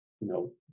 no